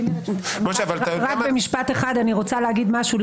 רק במשפט אחד אני רוצה להגיד משהו.